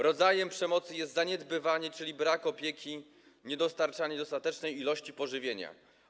Rodzajem przemocy jest zaniedbywanie, czyli brak opieki, niedostarczanie dostatecznej ilości pożywienia.